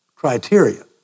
criteria